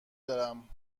دارم